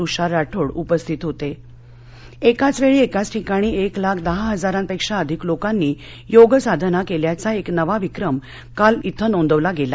तुषार राठोड उपस्थित होत कोचवर्षी क्रिच ठिकाणी क्रि लाख दहा हजारांपध्या अधिक लोकांनी योगसाधना क्व्यिाचा के नवा विक्रम काल इथं नोंदवलं गली